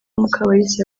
mukabalisa